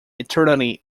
eternity